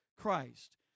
Christ